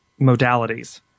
modalities